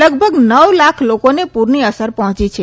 લગભગ નવ લાખ લોકોને પુરની અસર પહોંચી છે